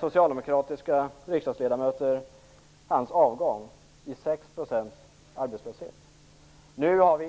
Socialdemokratiska riksdagsledamöter krävde hans avgång när arbetslösheten uppgick till 6 %.